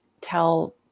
tell